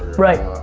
right.